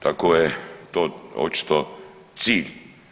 Tako je to očito cilj.